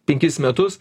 penkis metus